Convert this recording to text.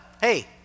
hey